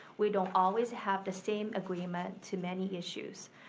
we don't always have the same agreement to many issues.